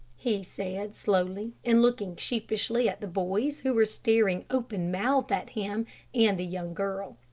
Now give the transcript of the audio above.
he said, slowly, and looking sheepishly at the boys who were staring open-mouthed at him and the young girl.